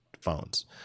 phones